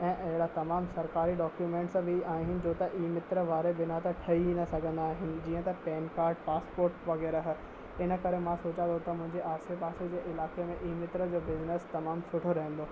ऐं अहिड़ा तमामु सरकारी डॉक्यूमेंट्स बि आहिनि जो त ई मित्र वारे बिना त ठही ई न सघंदा आहिनि जीअं त पेन कार्ड पासपोर्ट वग़ैरह इन करे मां सोचां थो त मुंहिंजे आसे पासे जे इलाइक़े में ई मित्र जो बिज़निस तमामु सुठो रहंदो